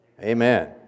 Amen